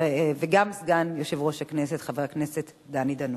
וגם סגן יושב-ראש הכנסת, חבר הכנסת דני דנון.